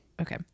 okay